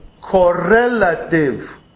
correlative